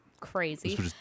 crazy